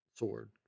sword